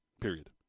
period